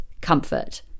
comfort